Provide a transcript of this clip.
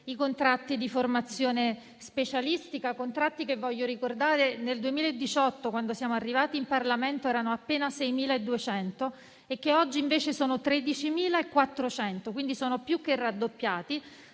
i contratti di formazione specialistica, che - voglio ricordare - nel 2018, quando siamo arrivati in Parlamento, erano appena 6.200, mentre oggi sono 13.400, e quindi sono più che raddoppiati.